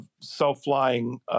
self-flying